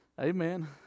amen